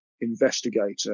investigator